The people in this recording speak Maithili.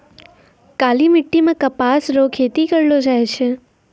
काली मिट्टी मे कपास रो खेती करलो जाय छै